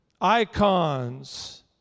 icons